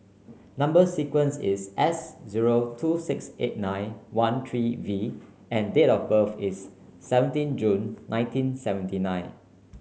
number sequence is S zero two six eight nine one three V and date of birth is seventeen June nineteen seventy nine